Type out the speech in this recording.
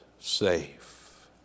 safe